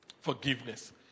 Forgiveness